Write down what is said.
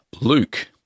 Luke